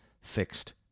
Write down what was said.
fixed